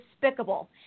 despicable